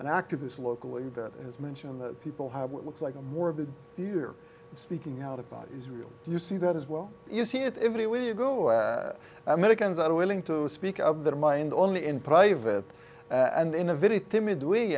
an activist locally that has mentioned that people have what looks like a morbid fear speaking out about israel do you see that as well you see it everywhere you go are americans are willing to speak of their mind only in private and in a very timid